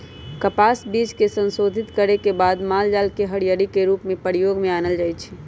कपास बीज के संशोधित करे के बाद मालजाल के हरियरी के रूप में प्रयोग में आनल जाइ छइ